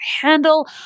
handle